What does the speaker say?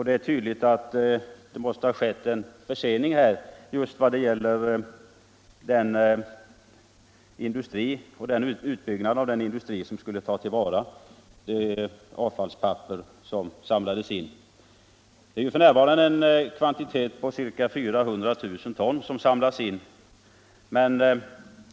Det är tydligt att det måste ha skett en försening vad gäller utbyggnad av den industri som skulle ta till vara det avfallspapper som samlas in. Det är f.n. en kvantitet på ca 400 000 ton som samlats in.